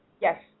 Yes